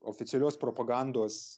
oficialios propagandos